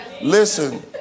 Listen